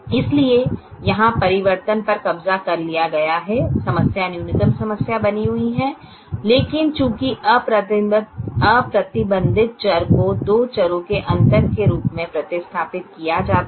इसलिए यहां परिवर्तन पर कब्जा कर लिया गया है समस्या न्यूनतम समस्या बनी हुई है लेकिन चूंकि अप्रतिबंधित चर को दो चर के अंतर के रूप में प्रतिस्थापित किया जाता है